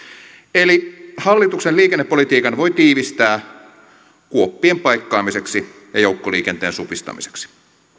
eli hallituksen liikennepolitiikan voi tiivistää kuoppien paikkaamiseksi ja joukkoliikenteen supistamiseksi